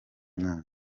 mwana